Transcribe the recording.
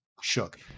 shook